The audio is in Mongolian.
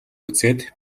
үзээд